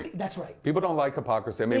that's right. people don't like hypocrisy. i mean